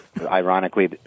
ironically